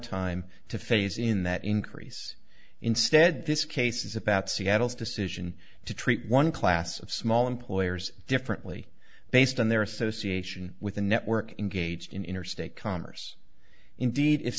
time to phase in that increase instead this case is about seattle's decision to treat one class of small employers differently based on their association with a network engaged in interstate commerce indeed if